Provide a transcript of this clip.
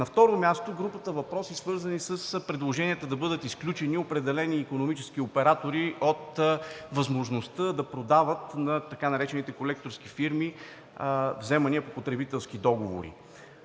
На второ място, групата въпроси, свързани с предложението да бъдат изключени определени икономически оператори от възможността да продават на така наречените колекторски фирми вземания по потребителски договори.